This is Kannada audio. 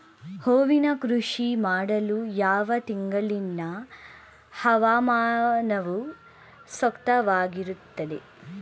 ಹೂವಿನ ಕೃಷಿ ಮಾಡಲು ಯಾವ ತಿಂಗಳಿನ ಹವಾಮಾನವು ಸೂಕ್ತವಾಗಿರುತ್ತದೆ?